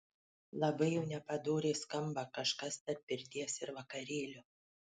labai jau nepadoriai skamba kažkas tarp pirties ir vakarėlio